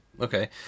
Okay